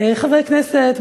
חברי כנסת,